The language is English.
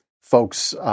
folks